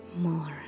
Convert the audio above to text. more